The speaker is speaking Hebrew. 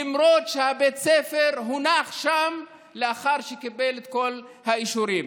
למרות שבית הספר הונח שם לאחר שקיבל את כל האישורים.